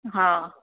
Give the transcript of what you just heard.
हा